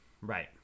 right